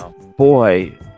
boy